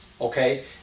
okay